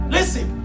Listen